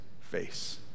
face